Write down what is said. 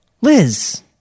Liz